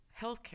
healthcare